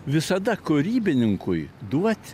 visada kūrybininkui duot